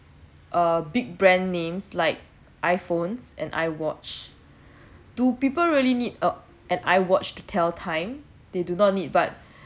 uh big brand names like iphones and iwatch do people really need a an iwatch to tell time they do not need but